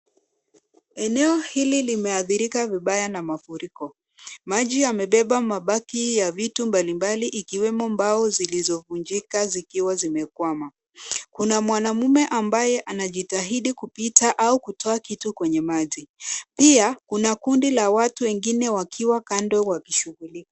Eneo hili limeathirika vibaya na mafuriko, maji yamebeba mabaki ya vitu mbalimbali ikiwemo mbao zilizovunjika zikiwa zimekwama. Kuna mwanaume ambaye anajitahidi kupita au kutoa kitu kwenye maji. Pia kuna kundi ya watu wengine wakiwa kando wakishugulika.